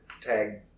tag